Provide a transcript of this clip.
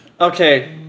okay